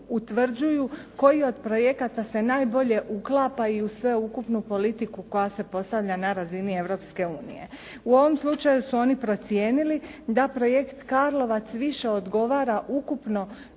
utvrđuju koji od projekata se najbolje uklapa i u sveukupnu politiku koja se postavlja na razini Europske unije. U ovom slučaju su oni procijenili da projekt Karlovac više odgovara ukupno